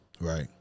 Right